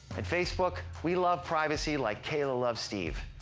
at facebook, we love privacy like kayla loves steve.